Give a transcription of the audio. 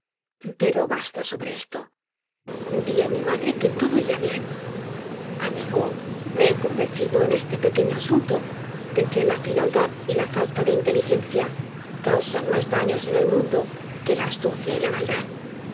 pero basta sobre esto di á mi madre que todo irá bien amigo me he convencido en este pequeño asunto deque la frialdad y la falta de inteligencia causan mas daños en ej mundo que la astucia y la maldad